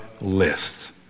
lists